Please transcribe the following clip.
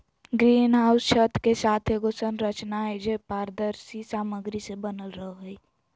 green house छत के साथ एगो संरचना हइ, जे पारदर्शी सामग्री से बनल रहो हइ